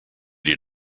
did